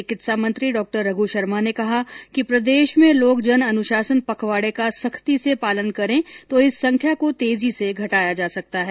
चिकित्सा मंत्री डॉ रघ् शर्मा ने कहा कि प्रदेश में लोग जन अनुशासन पखवाडे का सख्ती से पालन करे तो इस संख्या को तेजी से घटाया जा सकता है